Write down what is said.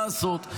מה לעשות?